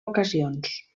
ocasions